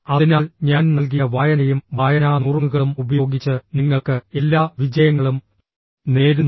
അതിനാൽ ഞാൻ നൽകിയ വായനയും വായനാ നുറുങ്ങുകളും ഉപയോഗിച്ച് നിങ്ങൾക്ക് എല്ലാ വിജയങ്ങളും നേരുന്നു